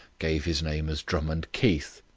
gave his name as drummond keith.